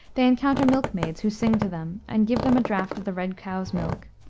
they encounter milkmaids, who sing to them and give them a draft of the red cow's milk,